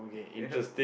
ya